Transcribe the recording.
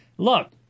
Look